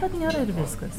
vat nėra ir viskas